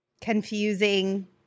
confusing